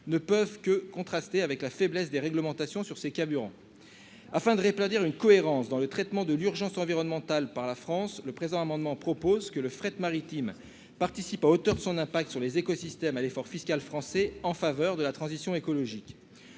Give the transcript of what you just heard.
ne peuvent que contraster avec la faiblesse des réglementations sur les carburants. Afin de rétablir une cohérence dans le traitement de l'urgence environnementale par la France, il est proposé par cet amendement que le fret maritime participe à hauteur de son impact sur les écosystèmes à l'effort fiscal français en faveur de la transition écologique.